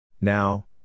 Now